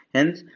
Hence